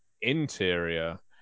interior